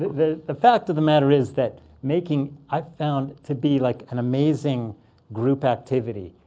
the the fact of the matter is that making i've found to be like an amazing group activity.